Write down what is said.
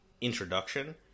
introduction